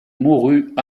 mourut